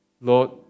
Lord